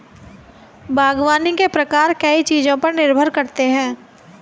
बागवानी के प्रकार कई चीजों पर निर्भर करते है